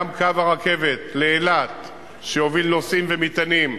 גם קו הרכבת לאילת שיוביל נוסעים ומטענים,